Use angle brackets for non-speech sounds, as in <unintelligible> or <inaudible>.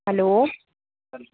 hello <unintelligible>